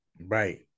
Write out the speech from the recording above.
Right